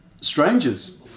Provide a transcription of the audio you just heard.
strangers